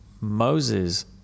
Moses